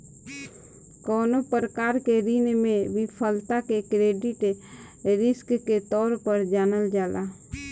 कवनो प्रकार के ऋण में विफलता के क्रेडिट रिस्क के तौर पर जानल जाला